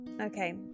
Okay